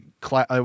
class